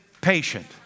patient